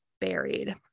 buried